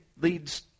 leads